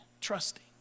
trusting